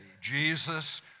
Jesus